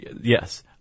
Yes